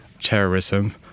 terrorism